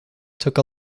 took